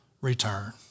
return